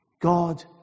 God